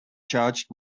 charged